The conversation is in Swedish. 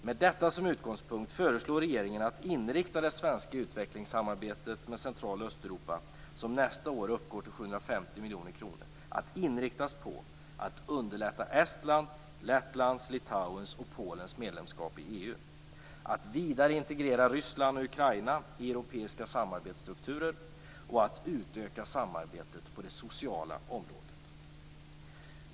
Med detta som utgångspunkt föreslår regeringen att det svenska utvecklingssamarbetet med Centraloch Östeuropa, som nästa år uppgår till 750 miljoner kronor, inriktas på att: · vidare integrera Ryssland och Ukraina i europeiska samarbetsstrukturer, · utöka samarbetet på det sociala området.